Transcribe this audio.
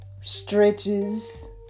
stretches